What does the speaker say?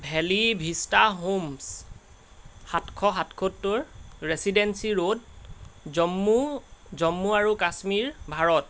valley Vista Homes সাতশ সাতসত্তৰ Residency Road Jammu Jammu আৰু কাশ্মীৰ ভাৰত